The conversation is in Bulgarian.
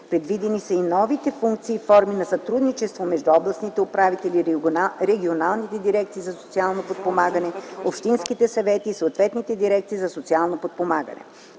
Предвидени са и нови функции и форми на сътрудничество между областните управители, регионалните дирекции за социално подпомагане, общинските съвети и съответните дирекции за социално подпомагане.